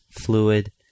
fluid